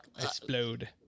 explode